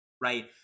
right